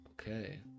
Okay